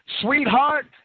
Sweetheart